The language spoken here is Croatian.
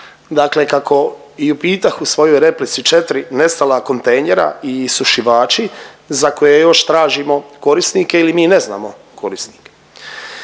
Dakle kako i upitah u svojoj replici, 4 nestala kontejnera i isušivači za koje još tražimo korisnike ili mi ne znamo korisnike.